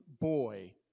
boy